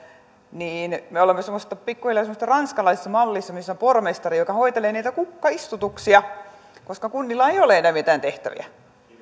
niin me olemme pikkuhiljaa semmoisessa ranskalaisessa mallissa missä on pormestari joka hoitelee niitä kukkaistutuksia koska kunnilla ei ole enää mitään tehtäviä